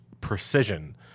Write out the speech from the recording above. precision